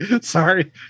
Sorry